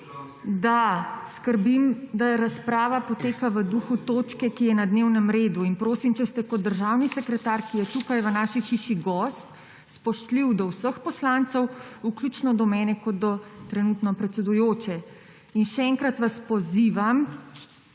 da skrbim, da razprava poteka v duhu točke, ki je na dnevnem redu. In prosim, če ste kot državni sekretar, ki je tukaj v naši hiši gost, spoštljivi do vseh poslancev, vključno do mene kot do trenutno predsedujoče. In še enkrat vas pozivam,